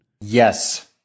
yes